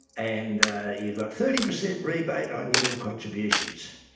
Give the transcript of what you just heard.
and you got thirty percent rebate on your contributions.